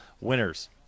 Winners